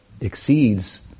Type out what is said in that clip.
exceeds